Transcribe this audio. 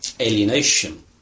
alienation